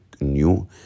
new